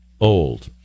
old